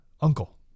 uncle